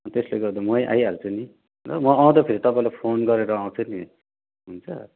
त्यसले गर्दा मै आइहाल्छु नि ल म आउँदाखेरि तपाईँलाई फोन गरेर आउँछु नि हुन्छ